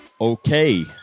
okay